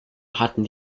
hatten